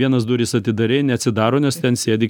vienas duris atidarei neatsidaro nes ten sėdi